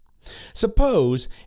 Suppose